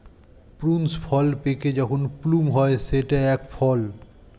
prunes ফল পেকে যখন প্লুম হয় সেটি এক ফল